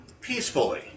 peacefully